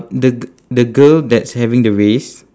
the the girl that's having the race